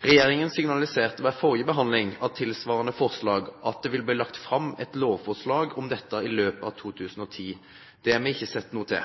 Regjeringen signaliserte ved forrige behandling av tilsvarende forslag at det vil bli lagt fram et lovforslag om dette i løpet av 2010. Det har vi ikke sett noe til.